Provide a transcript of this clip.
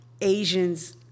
Asians